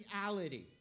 reality